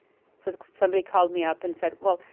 so somebody called me up and said, well,